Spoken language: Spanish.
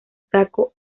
saco